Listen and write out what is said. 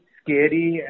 scary